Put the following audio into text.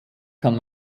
kann